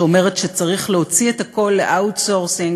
שאומרת שצריך להוציא את הכול ל-outsourcing,